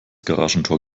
garagentor